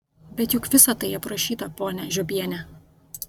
bet juk visa tai aprašyta ponia žiobiene